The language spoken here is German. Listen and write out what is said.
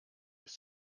ist